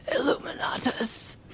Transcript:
Illuminatus